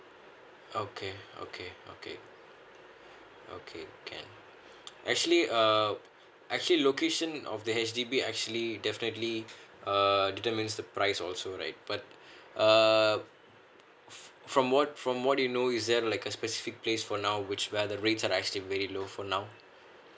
okay okay okay okay can actually um actually location of the H_D_B actually definitely err determines the price also right but uh from what from what you know is there like a specific place for now which where the rates are still very low for now